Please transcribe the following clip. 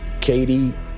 Katie